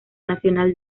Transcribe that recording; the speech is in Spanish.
nacional